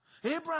abraham